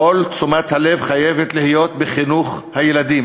כל תשומת הלב חייבת להיות בחינוך הילדים